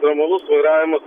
normalus vairavimas